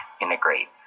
integrates